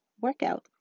workout